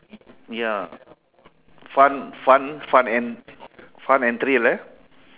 ya fun fun fun end fun and thrill eh